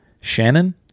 Shannon